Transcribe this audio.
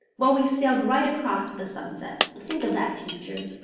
well we sailed right across to the sunset. think of that, teacher,